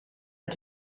att